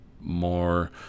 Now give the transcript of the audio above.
more